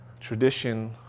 tradition